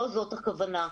לא זאת הכוונה.